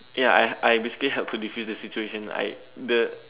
ya I I basically help to defuse the situation I the